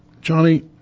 Johnny